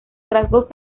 rasgos